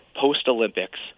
Post-Olympics